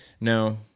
No